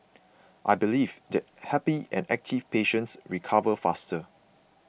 I believe that happy and active patients recover faster